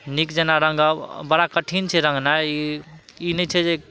नीक जेना रङ्गब बड़ा कठिन छै रङ्गनाइ ई नहि छै जे